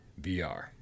VR